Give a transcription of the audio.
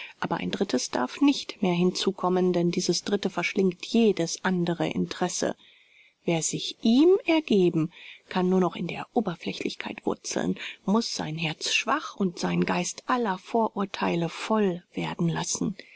aber ein drittes darf nicht mehr hinzukommen denn dieses dritte verschlingt jedes andere interesse wer sich ihm ergeben kann nur noch in der oberflächlichkeit wurzeln muß sein herz schwach und seinen geist aller vorurtheile voll werden lassen